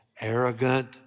Arrogant